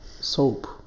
soap